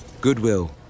Goodwill